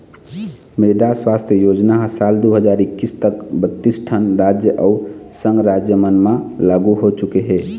मृदा सुवास्थ योजना ह साल दू हजार एक्कीस तक बत्तीस ठन राज अउ संघ राज मन म लागू हो चुके हे